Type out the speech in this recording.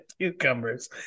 cucumbers